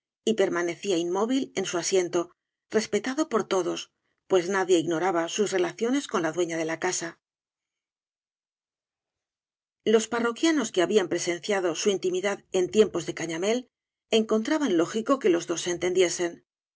y permanecía inmóvil en bu asiento respetado por todos puea nadie ignoraba sus relaciones con la dueña de la casa los parroquianos que habían presenciado su intimidad en tiempos de cañamél encontraban lógico que los